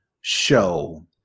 show